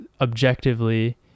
objectively